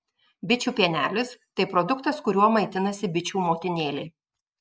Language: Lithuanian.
bičių pienelis tai produktas kuriuo maitinasi bičių motinėlė